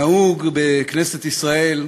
נהוג בכנסת ישראל,